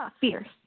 Fierce